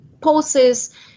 pulses